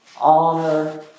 honor